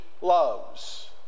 loves